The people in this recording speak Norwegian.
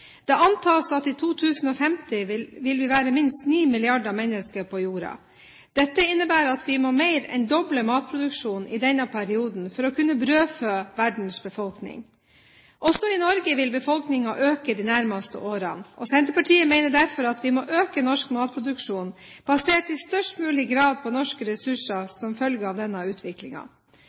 Det antas at i 2050 vil vi være minst ni milliarder mennesker på jorda. Dette innebærer at vi må mer enn doble matproduksjonen i denne perioden for å kunne brødfø verdens befolkning. Også i Norge vil befolkningen øke i de nærmeste årene. Senterpartiet mener derfor at vi må øke norsk matproduksjon, basert i størst mulig grad på norske ressurser som følge av denne